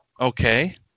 Okay